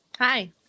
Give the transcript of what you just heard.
Hi